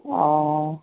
অঁ